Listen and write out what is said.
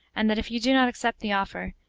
and that if you do not accept the offer,